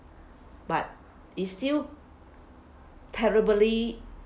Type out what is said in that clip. but is still terribly